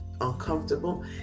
uncomfortable